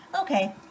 Okay